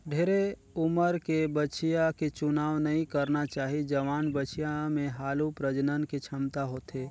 ढेरे उमर के बछिया के चुनाव नइ करना चाही, जवान बछिया में हालु प्रजनन के छमता होथे